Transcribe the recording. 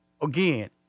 Again